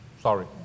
sorry